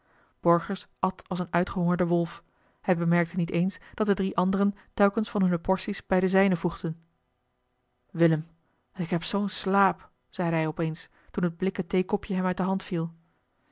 borgers at als een uitgehongerde wolf hij bemerkte niet eens dat de drie anderen telkens van hunne porties bij de zijne voegden willem ik heb zoo'n slaap zeide hij op eens toen het blikken theekopje hem uit de hand viel